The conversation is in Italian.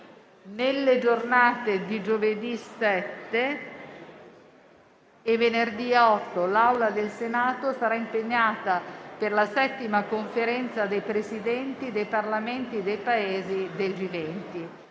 Nelle giornate di giovedì 7 e venerdì 8 ottobre l'Aula del Senato sarà impegnata per la 7ª Conferenza dei Presidenti dei Parlamenti dei Paesi del G20.